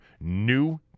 new